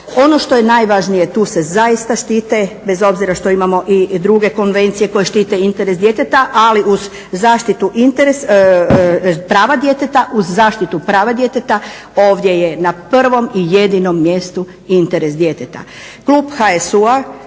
Ono što je najvažnije tu se zaista štite bez obzira što imamo i druge konvencije koje štite interes djeteta, ali uz zaštitu prava djeteta ovdje je na prvom i jedinom mjestu interes djeteta.